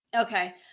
Okay